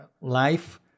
life